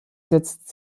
setzt